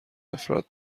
نفرت